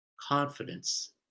confidence